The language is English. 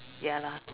ya lah